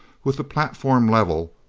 with the platform level,